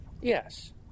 Yes